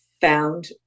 found